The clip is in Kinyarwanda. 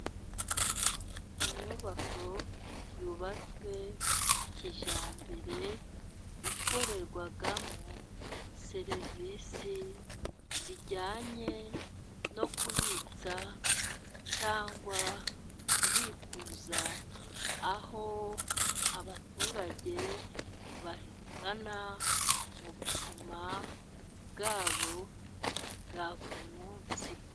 Inyubako yubatswe kijyambere. Ikorerwamo serivice zijyanye no kubitsa cyangwa kubikuza. Aho abaturage barigana mu buzima bwabo bwa buri munsi.